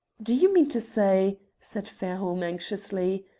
do you mean to say, said fairholme, anxiously,